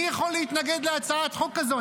מי יכול להתנגד להצעת חוק כזו?